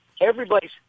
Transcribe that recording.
Everybody's